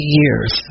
years